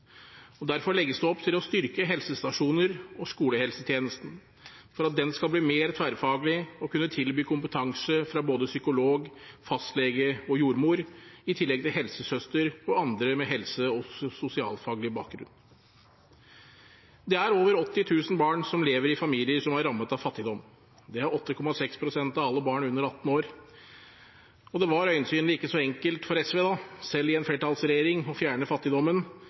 skolealder. Derfor legges det opp til å styrke helsestasjoner og skolehelsetjenesten, for at dette skal bli mer tverrfaglig og kunne tilby kompetanse fra både psykolog, fastlege og jordmor i tillegg til helsesøster og andre med helse- og sosialfaglig bakgrunn. Det er over 80 000 barn som lever i familier som er rammet av fattigdom. Det er 8,6 pst. av alle barn under 18 år. Det var øyensynlig ikke så enkelt for SV – selv i en flertallsregjering – å fjerne fattigdommen,